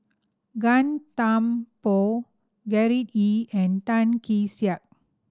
Gan Thiam Poh Gerard Ee and Tan Kee Sek